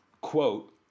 quote